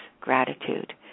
gratitude